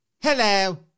Hello